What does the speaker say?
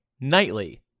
nightly